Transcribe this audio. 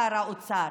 שר האוצר.